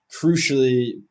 crucially